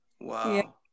Wow